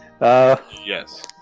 yes